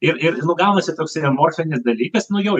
ir ir gaunasi toksai emocinis dalykas nu jau